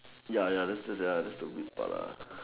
ya ya that still there that's the weak part